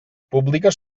públiques